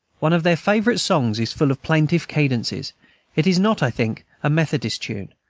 one of their favorite songs is full of plaintive cadences it is not, i think, a methodist tune,